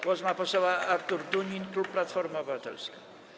Głos ma poseł Artur Dunin, klub Platforma Obywatelska.